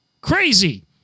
Crazy